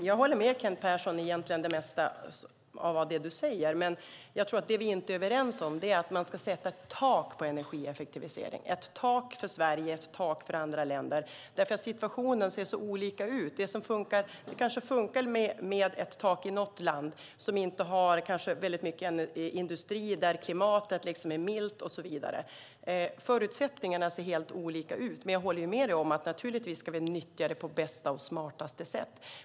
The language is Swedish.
Herr talman! Jag håller egentligen med om det mesta av det du säger, Kent Persson. Det vi inte är överens om är att man ska sätta ett tak på energieffektivisering, ett tak för Sverige, ett tak för andra länder. Situationen är så olika. Det kanske fungerar med ett tak i ett land som inte har så mycket industri och där klimatet är milt. Förutsättningarna är helt olika. Jag håller med om att vi naturligtvis ska nyttja energin på bästa och smartaste sätt.